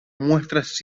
muestras